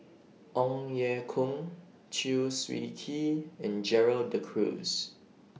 Ong Ye Kung Chew Swee Kee and Gerald De Cruz